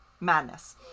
madness